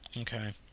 Okay